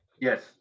Yes